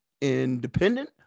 independent